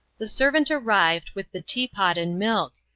the servant arrived with the tea-pot and milk,